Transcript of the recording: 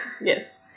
yes